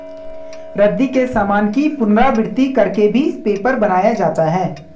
रद्दी के सामान की पुनरावृति कर के भी पेपर बनाया जाता है